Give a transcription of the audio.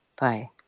Bye